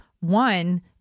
One